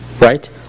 Right